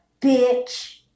bitch